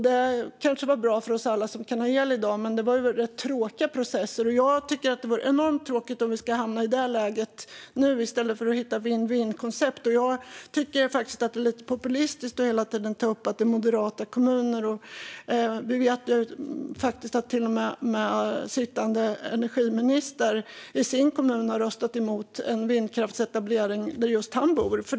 Det kanske var bra för oss alla som kan få el i dag, men det var rätt tråkiga processer. Jag tycker att det vore enormt tråkigt om vi skulle hamna i det läget nu i stället för att hitta vinn-vinnkoncept. Jag tycker också att det är lite populistiskt att hela tiden ta upp att det här gäller moderata kommuner. Vi vet ju att till och med sittande energiminister i sin kommun har röstat emot en vindkraftsetablering just där han bor.